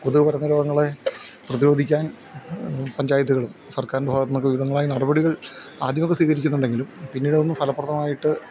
കൊതുക് പരത്തുന്ന രോഗങ്ങളെ പ്രതിരോധിക്കാൻ പഞ്ചായത്തകളും സർക്കാരിൻ്റെ ഭാഗത്തു നിന്നൊക്കെ വിവിധങ്ങളായി നടപടികൾ ആദ്യമൊക്കെ സ്വീകരിക്കുന്നുണ്ടെങ്കിലും പിന്നീട് അതൊന്നും ഫലപ്രദമായിട്ട്